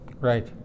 Right